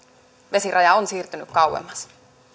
vesiraja on siirtynyt kauemmas